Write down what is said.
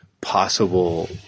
possible